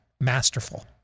Masterful